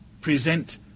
present